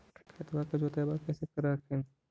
खेतबा के जोतय्बा कैसे कर हखिन?